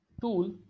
tool